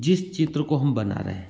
जिस चित्र को हम बना रहे